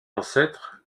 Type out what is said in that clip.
ancêtre